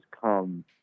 come